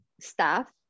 staff